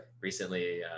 recently